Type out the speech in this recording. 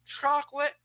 chocolate